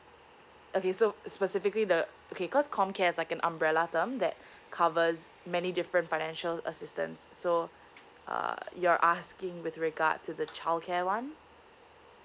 okay so specifically the okay cause com care's like an umbrella term that covers many different financial assistance so uh you're asking with regard to the childcare one